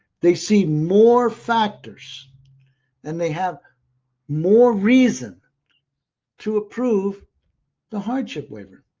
they see more factors and they have more reason to approve the hardship waiver.